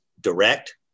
direct